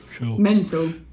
mental